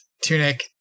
Tunic